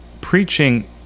preaching